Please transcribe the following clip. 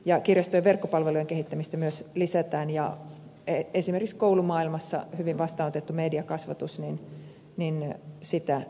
kirjastojen verkkopalvelujen kehittämistä myös lisätään ja esimerkiksi koulumaailmassa hyvin vastaanotettua mediakasvatusta jatketaan